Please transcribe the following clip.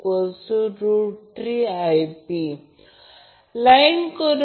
येथे ICA IAB angle 240° ठेवा